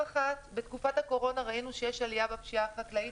בתקופת הקורונה ראינו שיש עלייה בפשיעה החקלאית,